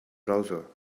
browser